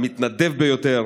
המתנדב ביותר,